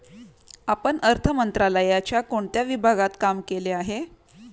आपण अर्थ मंत्रालयाच्या कोणत्या विभागात काम केले आहे?